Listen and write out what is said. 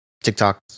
TikTok